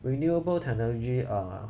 renewable technology uh